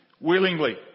willingly